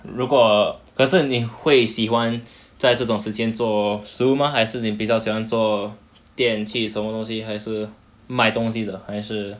如果可是你会喜欢在这种时间做食物 mah 还是你比较喜欢做电器什么东西还是卖东西的还是